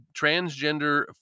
transgender